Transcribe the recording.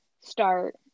start